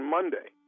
Monday